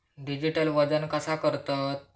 Digital वजन कसा करतत?